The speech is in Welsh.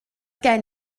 gen